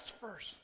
first